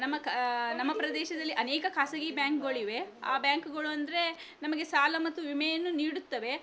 ನಮ್ಮ ಕಾ ನಮ್ಮ ಪ್ರದೇಶದಲ್ಲಿ ಅನೇಕ ಖಾಸಗಿ ಬ್ಯಾಂಕ್ಗಳಿವೆ ಆ ಬ್ಯಾಂಕ್ಗಳು ಅಂದರೆ ನಮಗೆ ಸಾಲ ಮತ್ತು ವಿಮೆಯನ್ನು ನೀಡುತ್ತವೆ